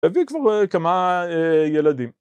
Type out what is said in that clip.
הביא כבר כמה ילדים